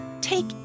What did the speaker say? take